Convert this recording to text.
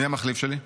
מי המחליף שלי?